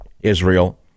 Israel